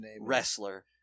wrestler